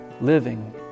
living